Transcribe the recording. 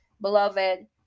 beloved